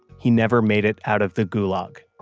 he never made it out of the gulag.